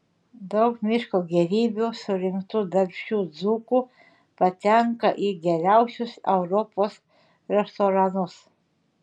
daug miško gėrybių surinktų darbščių dzūkų patenka į geriausius europos restoranus